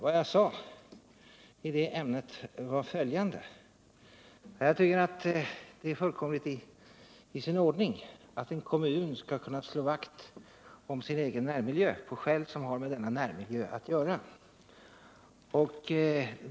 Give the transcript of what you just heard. Vad jag sade i det ämnet var följande: Jag tycker att det är fullkomligt i sin ordning att en kommun skall kunna slå vakt om sin egen närmiljö, på skäl som har med denna närmiljö att göra.